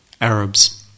Arabs